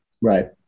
Right